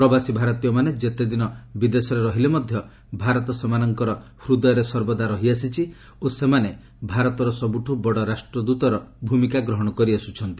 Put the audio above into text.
ପ୍ରବାସୀ ଭାରତୀୟମାନେ ଯେତେଦିନ ବିଦେଶରେ ରହିଲେ ମଧ୍ୟ ଭାରତ ସେମାନଙ୍କର ହୃଦୟରେ ସର୍ବଦା ରହିଆସିଛି ଓ ସେମାନେ ଭାରତର ସବ୍ରଠ ବଡ଼ ରାଷ୍ଟ୍ରଦତର ଭୂମିକା ଗ୍ରହଣ କରିଆସ୍ବଛନ୍ତି